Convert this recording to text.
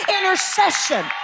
intercession